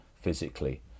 physically